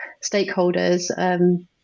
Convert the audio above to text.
stakeholders